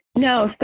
No